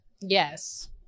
yes